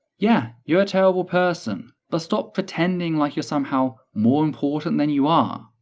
yeah, you're a terrible person, but stop pretending like you're somehow more important than you are.